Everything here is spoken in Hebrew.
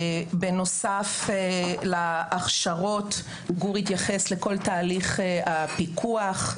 בנוסף להכשרות, גור התייחס לכל תהליך הפיקוח.